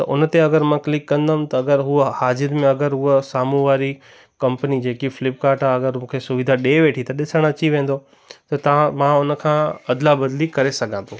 त उन ते अगरि मां क्लिक कंदमि त अगरि हुअ हाज़िर में अगरि हुअ साम्हूं वारी कंपनी जेकी फ़्लिपकार्ट आहे अगरि हू मूंखे सुविधा ॾे वेठी त ॾिसणु अची वेंदो त तव्हां मां उनखां अदला बदली करे सघां थो